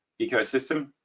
ecosystem